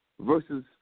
versus